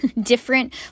different